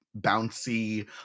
bouncy